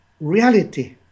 reality